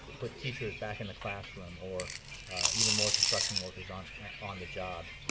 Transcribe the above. put teachers back in the classroom or even more construction workers on on the job